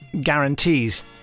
guarantees